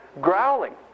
growling